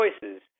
choices